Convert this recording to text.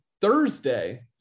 Thursday